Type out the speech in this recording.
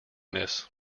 this